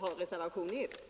avgivit reservationen 1.